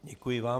Děkuji vám.